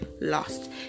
lost